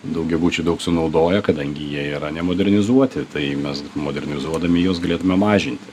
daugiabučiai daug sunaudoja kadangi jie yra nemodernizuoti tai mes modernizuodami juos galėtume mažinti